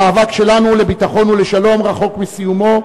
המאבק שלנו לביטחון ולשלום רחוק מסיומו,